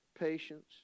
Patience